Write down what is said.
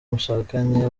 mwashakanye